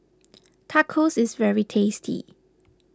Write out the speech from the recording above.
Tacos is very tasty